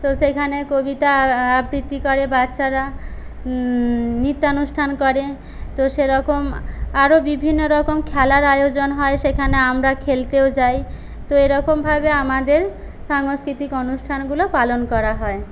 তো সেইখানে কবিতা আবৃত্তি করে বাচ্চারা নৃত্যানুষ্ঠান করে তো সেরকম আরও বিভিন্নরকম খেলার আয়োজন হয় সেখানে আমরা খেলতেও যাই তো এরকমভাবে আমাদের সাংস্কৃতিক অনুষ্ঠানগুলো পালন করা হয়